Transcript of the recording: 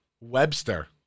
Webster